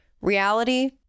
Reality